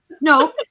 no